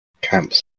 Camps